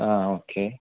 ആ ഓക്കെ